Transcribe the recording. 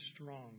strong